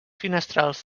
finestrals